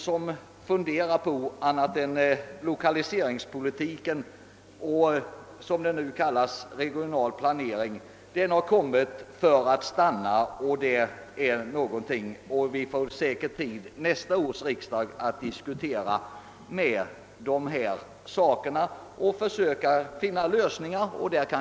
Ingen tvivlar väl på att lokaliseringspolitiken, eller som den nu kallas regionalplaneringen, har kommit för att stanna. Säkerligen får vi vid nästa års riksdag tillfälle att fortsätta diskussionen om dessa frågor.